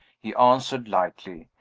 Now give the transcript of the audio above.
he answered lightly.